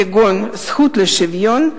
כגון הזכות לשוויון,